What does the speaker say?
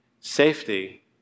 safety